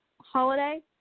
holiday